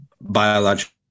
biological